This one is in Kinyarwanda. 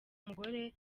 mugore